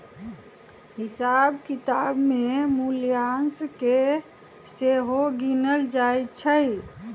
हिसाब किताब में मूल्यह्रास के सेहो गिनल जाइ छइ